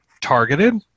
targeted